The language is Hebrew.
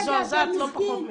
מזועזעת לא פחות ממך.